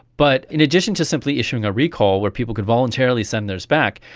but in addition to simply issuing a recall where people could voluntarily send theirs back,